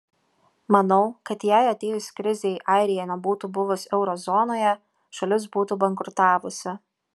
manau kad jei atėjus krizei airija nebūtų buvus euro zonoje šalis būtų bankrutavusi